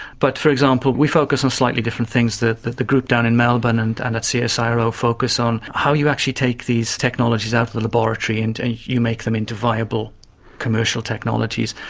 but, for example, we focus on slightly different things that that the group down in melbourne and and at csiro focus on. how you actually take these technologies out of the laboratory and and you make them into viable commercial technologies.